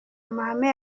amahame